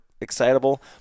Excitable